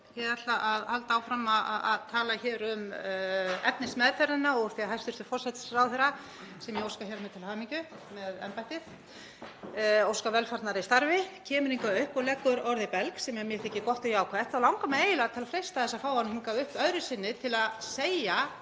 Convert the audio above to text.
Ég ætla að halda áfram að tala hér um efnismeðferðina úr því að hæstv. forsætisráðherra, sem ég óska til hamingju með embættið og óska velfarnaðar í starfi, kemur hingað upp og leggur orð í belg sem mér þykir gott og jákvætt. Þá langar mig eiginlega til að freista þess að fá hann hingað upp öðru sinni til að segja